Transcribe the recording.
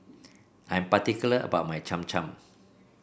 I am particular about my Cham Cham